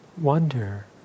wonder